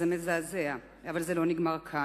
זה מזעזע, אבל זה לא נגמר כאן.